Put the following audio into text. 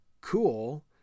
cool